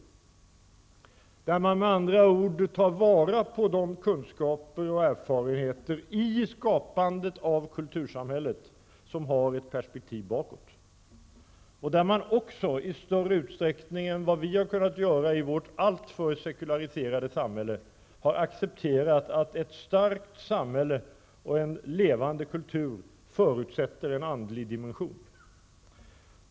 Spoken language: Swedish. Med andra ord tar man där vara på de kunskaper och erfarenheter i skapandet av ett kultursamhälle som har perspektiv bakåt. Där har man också i större utsträckning än vad vi har kunnat göra i vårt alltför sekulariserade samhälle accepterat att ett starkt samhälle och en levande kultur förutsätter en andlig dimension.